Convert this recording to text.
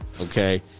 okay